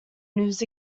news